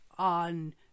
on